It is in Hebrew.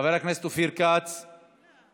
חבר הכנסת אופיר כץ לא